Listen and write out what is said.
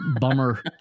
bummer